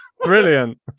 Brilliant